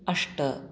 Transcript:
अष्ट